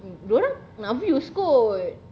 dia orang nak views kot